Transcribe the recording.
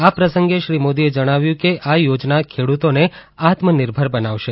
આ પ્રસંગે શ્રી મોદીએ જણાવ્યું કે આ યોજના ખેડૂતોને આત્મનિર્ભર બનાવશે